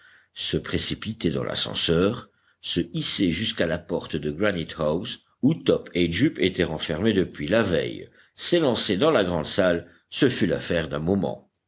se précipiter dans l'ascenseur se hisser jusqu'à la porte de granite house où top et jup étaient renfermés depuis la veille s'élancer dans la grande salle ce fut l'affaire d'un moment